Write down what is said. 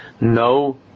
no